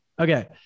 Okay